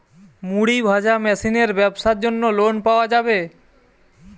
মুড়ি ভাজা মেশিনের ব্যাবসার জন্য লোন পাওয়া যাবে?